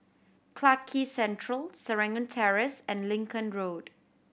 Clarke Central Serangoon Terrace and Lincoln Road